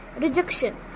rejection